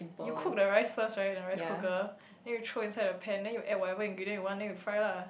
you cook the rice first right in the rice cooker then you throw inside the pan then you add whatever ingredient you want then you fry lah